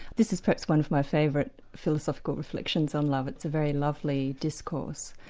this is perhaps one of my favourite philosophical reflections on love it's a very lovely discourse.